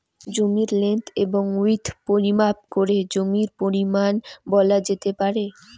জমির লেন্থ এবং উইড্থ পরিমাপ করে জমির পরিমান বলা যেতে পারে